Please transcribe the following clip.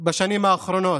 בשנים האחרונות.